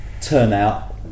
turnout